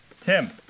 Tim